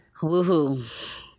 Woohoo